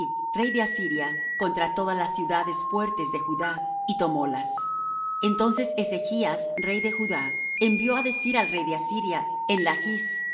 rey de asiria contra todas las ciudades fuertes de judá y tomólas entonces ezechas rey de judá envió á decir al rey de asiria en lachs